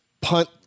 punt